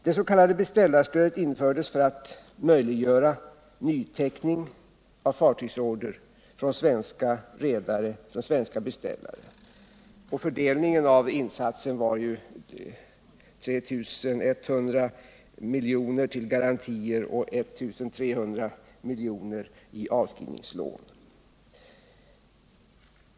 Det s.k. beställarstödet infördes för att möjliggöra nyteckning av fartygsorder från svenska redare och svenska beställare. Fördelningen av insatsen var 3 100 miljoner i garantier och 1 300 miljoner i avskrivningslån.